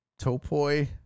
Topoi